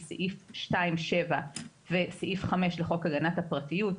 סעיף 2(7) וסעיף 5 לחוק הגנת הפרטיות.